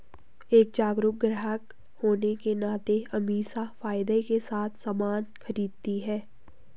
एक जागरूक ग्राहक होने के नाते अमीषा फायदे के साथ सामान खरीदती है